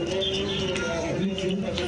אולי רק תסביר מה ראינו